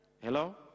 hello